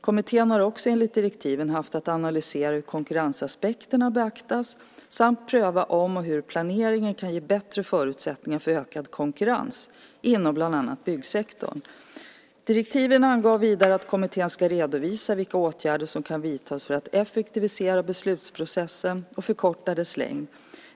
Kommittén har också enligt direktiven haft att analysera hur konkurrensaspekterna beaktas samt att pröva om och hur planeringen kan ge bättre förutsättningar för ökad konkurrens inom bland annat byggsektorn. Direktiven anger vidare att kommittén ska redovisa vilka åtgärder som kan vidtas för att effektivisera beslutsprocessen och förkorta dess längd.